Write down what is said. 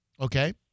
Okay